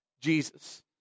Jesus